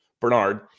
Bernard